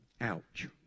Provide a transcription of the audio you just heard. Ouch